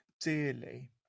dearly